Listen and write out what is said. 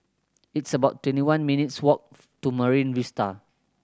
it's about twenty one minutes' walks to Marine Vista